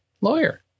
lawyer